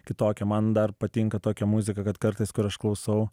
kitokia man dar patinka tokia muzika kad kartais kur aš klausau